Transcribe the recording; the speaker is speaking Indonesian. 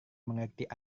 mengerti